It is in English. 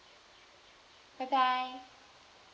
bye bye